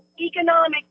economic